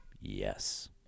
Yes